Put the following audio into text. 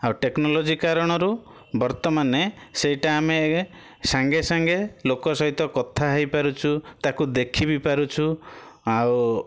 ଆଉ ଟେକ୍ନୋଲୋଜି କାରଣ ରୁ ବର୍ତ୍ତମାନେ ସେଇଟା ଆମେ ସାଙ୍ଗେ ସାଙ୍ଗେ ଲୋକ ସହିତ କଥା ହେଇପାରୁଛୁ ତାକୁ ଦେଖି ବି ପାରୁଛୁ ଆଉ